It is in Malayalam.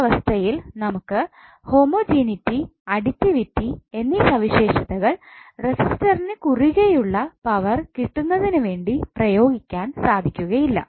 ഈ അവസ്ഥയിൽ നമുക്ക് ഹോമജനീറ്റി അടിറ്റിവിറ്റി എന്നീ സവിശേഷതകൾ റസിസ്റ്ററിന് കുറുകെയുള്ള പവർ കിട്ടുന്നതിനുവേണ്ടി പ്രയോഗിക്കാൻ സാധിക്കുകയില്ല